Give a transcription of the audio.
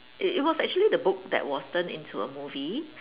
it it was actually the book that was turned into a movie